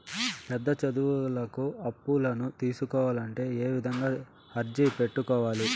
పెద్ద చదువులకు అప్పులను తీసుకోవాలంటే ఏ విధంగా అర్జీ పెట్టుకోవాలి?